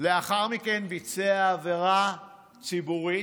ולאחר מכן ביצע עבירה ציבורית.